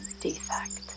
defect